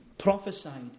prophesied